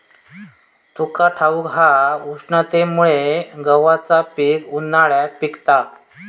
तुका ठाऊक हा, उष्णतेमुळे गव्हाचा पीक उन्हाळ्यात पिकता